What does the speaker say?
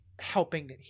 helping